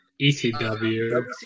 ECW